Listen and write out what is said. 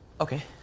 Okay